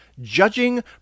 Judging